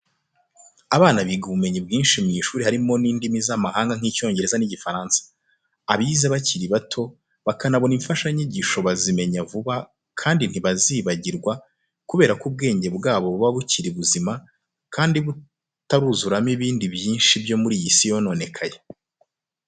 Abana biga ubumenyi bwinshi mu ishuri harimo n'indimi z'amahanga, nk'Icyongereza n'Igifaransa, abazize bakiri bato, bakanabona imfashanyigisho bazimenya vuba kandi ntibazibagirwa, kubera ko ubwenge bwabo buba bukiri buzima kandi butaruzuramo ibintu byinshi byo muri iyi si yononekaye.